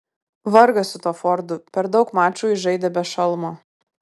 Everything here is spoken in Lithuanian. vargas su tuo fordu per daug mačų jis žaidė be šalmo